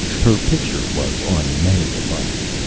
her picture was on many a button.